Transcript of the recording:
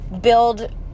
build